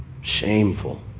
shameful